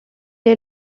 est